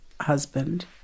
husband